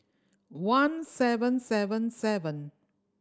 one seven seven seven